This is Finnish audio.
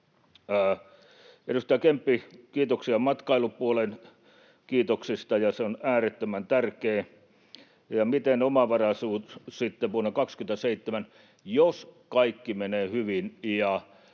Edustaja Kemppi, kiitoksia matkailupuolen kiitoksista, se on äärettömän tärkeä. Miten omavaraisuus sitten vuonna 27? Jos kaikki menee hyvin